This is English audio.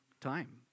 time